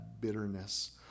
bitterness